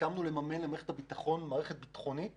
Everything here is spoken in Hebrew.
הסכמנו לממן למערכת הביטחון מערכת ביטחונית